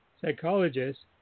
psychologists